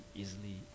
easily